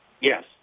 Yes